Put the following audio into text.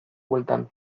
bueltan